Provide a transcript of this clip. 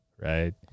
right